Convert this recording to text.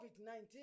COVID-19